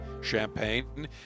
champagne